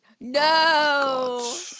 No